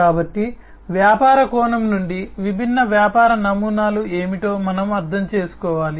కాబట్టి వ్యాపార కోణం నుండి విభిన్న వ్యాపార నమూనాలు ఏమిటో మనం అర్థం చేసుకోవాలి